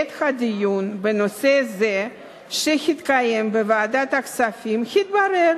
בעת דיון בנושא זה שהתקיים בוועדת הכספים התברר